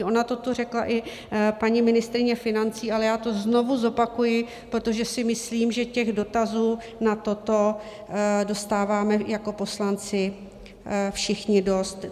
Ona toto řekla i paní ministryně financí, ale já to znovu zopakuji, protože si myslím, že dotazů na toto dostáváme jako poslanci všichni dost.